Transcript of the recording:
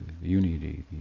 unity